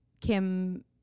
Kim